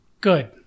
Good